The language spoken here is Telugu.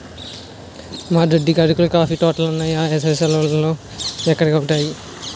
మా దద్దకి అరకులో కాఫీ తోటలున్నాయి ఏసవి సెలవులకి అక్కడికెలతాము